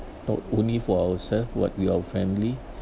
not only for ourself but we are family